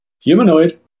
Humanoid